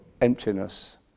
emptiness